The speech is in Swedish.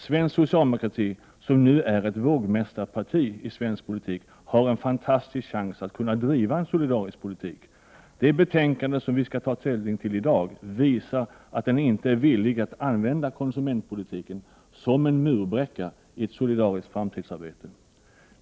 Svensk socialdemokrati, som nu är ett vågmästarparti i svensk politik, har en fantastisk chans att kunna driva en solidarisk politik. Det betänkande som vi skall ta ställning till i dag visar att den inte är villig att använda konsumentpolitiken som en murbräcka i ett solidariskt framtidsarbete.